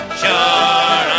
sure